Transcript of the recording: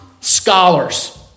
scholars